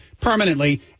permanently